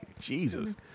Jesus